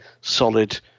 solid